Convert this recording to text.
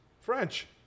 French